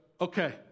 okay